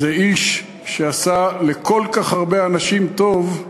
זה איש שעשה לכל כך הרבה אנשים טוב,